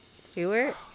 Stewart